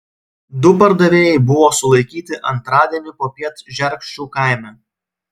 du pardavėjai buvo sulaikyti antradienį popiet žerkščių kaime